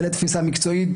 זה תפיסה מקצועית,